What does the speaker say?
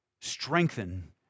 strengthen